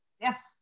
Yes